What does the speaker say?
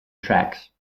tracks